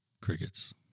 Crickets